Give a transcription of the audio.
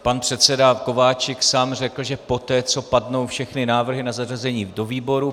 Pan předseda Kováčik sám řekl, že poté co padnou všechny návrhy na zařazení výboru.